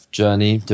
journey